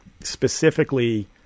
specifically